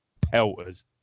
pelters